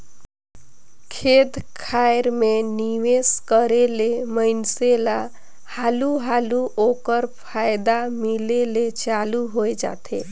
खेत खाएर में निवेस करे ले मइनसे ल हालु हालु ओकर फयदा मिले ले चालू होए जाथे